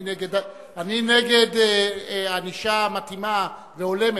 אני בעד ענישה מתאימה והולמת.